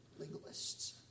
legalists